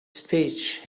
speech